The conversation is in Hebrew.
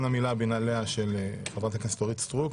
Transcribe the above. המילה בנעליה של חברת הכנסת אורית סטרוק,